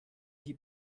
die